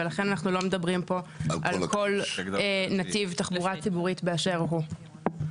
ולכן אנחנו לא מדברים פה על כל נתיב תחבורה ציבורית באשר הוא.